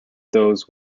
those